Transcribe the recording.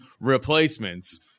replacements